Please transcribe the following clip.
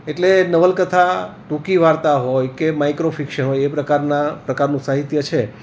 એટલે નવલકથા ટૂંકી વાર્તા હોય કે માઇક્રો ફિક્સન હોય એ પ્રકારના પ્રકારનું સાહિત્ય છે